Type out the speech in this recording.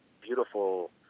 Beautiful